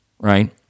right